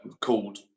called